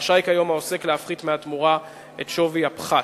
רשאי כיום העוסק להפחית מהתמורה את שווי הפחת.